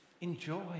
Enjoy